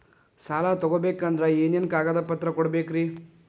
ಸಾಲ ತೊಗೋಬೇಕಂದ್ರ ಏನೇನ್ ಕಾಗದಪತ್ರ ಕೊಡಬೇಕ್ರಿ?